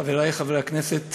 חברי חברי הכנסת